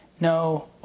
no